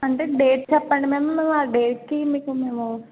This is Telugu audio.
అంటే డేట్ చెప్పండి మేడం ఆ డేట్కి మీకు మేము